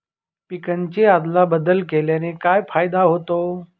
पिकांची अदला बदल केल्याने काय फायदा होतो?